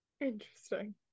interesting